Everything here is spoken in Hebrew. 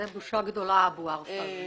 זו בושה גדולה אבו ערפה.